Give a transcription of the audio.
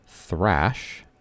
Thrash